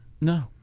No